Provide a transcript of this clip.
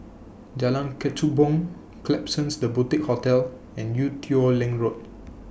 Jalan Kechubong Klapsons The Boutique Hotel and Ee Teow Leng Road